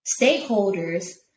stakeholders